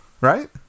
right